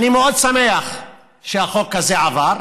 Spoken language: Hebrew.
אני מאוד שמח שהחוק הזה עבר,